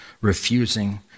refusing